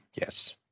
yes